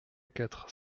quatre